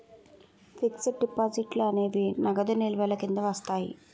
fixed డిపాజిట్లు అనేవి నగదు నిల్వల కింద వస్తాయి